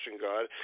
God